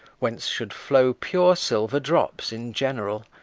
whence should flow pure silver drops in general,